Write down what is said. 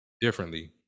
differently